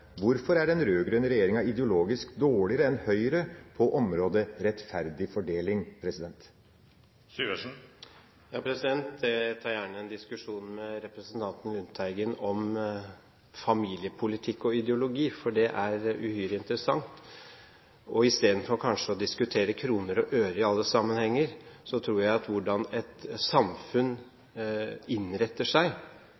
hvorfor er den rød-grønne regjeringa ideologisk dårligere enn Høyre på området rettferdig fordeling? Jeg tar gjerne en diskusjon med representanten Lundteigen om familiepolitikk og ideologi, for det er uhyre interessant. Kanskje istedenfor å diskutere kroner og øre i alle sammenhenger tror jeg at det å snakke om hvordan et samfunn